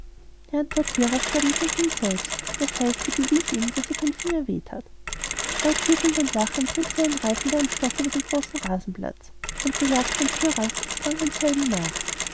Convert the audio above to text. die antwort hierauf gab ihm sein kind selbst das heißt sie bewies ihm daß ihr kein finger weh that laut jubelnd und lachend trieb sie einen reif mit einem stock über den großen rasenplatz und der jagdhund tyras sprang demselben nach